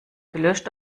gelöscht